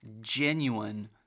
genuine